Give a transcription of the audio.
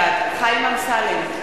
בעד חיים אמסלם,